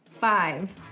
Five